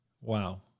Wow